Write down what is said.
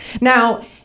Now